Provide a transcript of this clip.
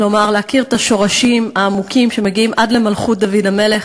כלומר להכיר את השורשים העמוקים שמגיעים עד למלכות דוד המלך.